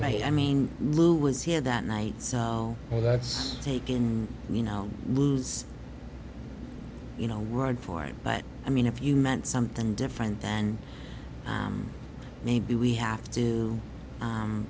right i mean lou was here that night so that's taken you know lose you know word for it but i mean if you meant something different than maybe we have to